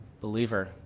believer